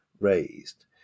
raised